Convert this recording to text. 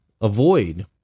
avoid